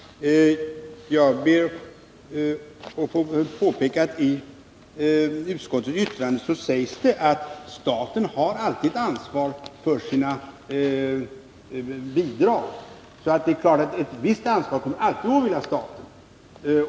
Herr talman! Jag ber att få påpeka att det i utskottets yttrande sägs att staten alltid har ett ansvar för sina bidrag. Ett visst ansvar kommer alltså alltid att åvila staten.